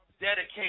dedicate